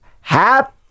Happy